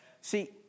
See